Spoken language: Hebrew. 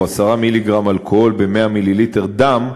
או 10 מיליגרם אלכוהול ב-100 מיליליטר דם,